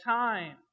time